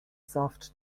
soft